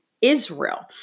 Israel